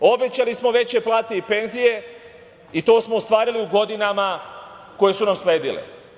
Obećali smo veće plate i penzije i to smo ostvarili u godinama koje su nam sledile.